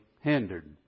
hindered